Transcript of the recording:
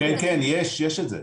כן, כן, יש את זה.